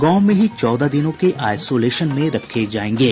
गांव में ही चौदह दिनों के आइसोलेशन में रखे जायेंगे